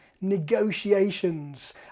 negotiations